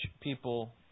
people